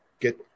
get